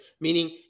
Meaning